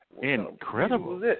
incredible